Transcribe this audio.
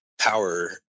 power